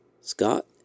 Scott